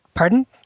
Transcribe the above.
Pardon